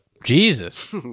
Jesus